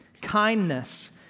kindness